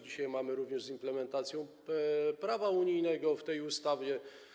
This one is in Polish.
Dzisiaj mamy również implementację prawa unijnego w tej ustawie.